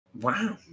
wow